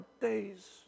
days